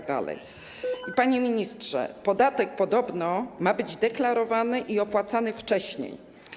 I, panie ministrze, podatek podobno ma być deklarowany i opłacany wcześniej.